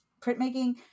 printmaking